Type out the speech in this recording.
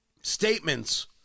statements